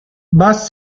bus